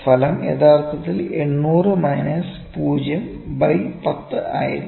ഫലം യഥാർത്ഥത്തിൽ 800 minus 0 by 10 ആയിരിക്കും